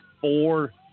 four